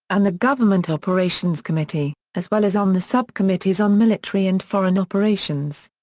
and the government operations committee, as well as on the subcommittees on military and foreign operations.